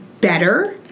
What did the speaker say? better